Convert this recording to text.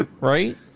right